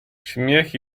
śmiech